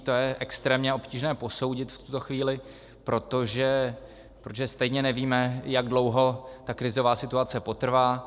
To je extrémně obtížné posoudit v tuto chvíli, protože stejně nevíme, jak dlouho ta krizová situace potrvá.